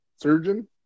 Surgeon